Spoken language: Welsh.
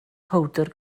powdr